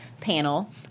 panel